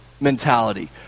mentality